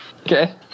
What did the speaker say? Okay